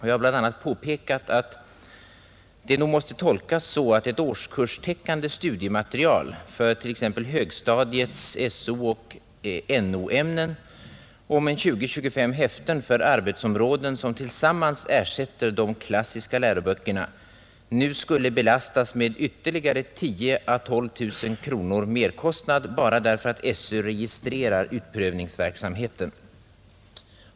Jag har bl.a. påpekat att det nog måste tolkas så, att ett årskurstäckande studiematerial för t.ex. högstadiets nooch so-ämnen om 20—25 häften för arbetsområden, som tillsammans ersätter de klassiska läroböckerna, nu skulle belastas med 10 000-12 000 kronor i merkostnad bara därför att SÖ registrerar utprövningsverksamheten.